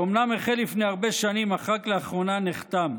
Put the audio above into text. שאומנם החל לפני הרבה שנים, אך רק לאחרונה נחתם.